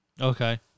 Okay